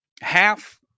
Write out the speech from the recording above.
half